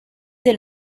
del